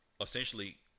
essentially